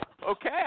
Okay